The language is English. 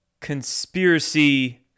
conspiracy